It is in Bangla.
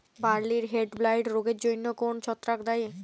বার্লির হেডব্লাইট রোগের জন্য কোন ছত্রাক দায়ী?